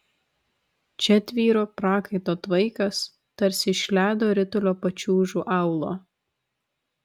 čia tvyro prakaito tvaikas tarsi iš ledo ritulio pačiūžų aulo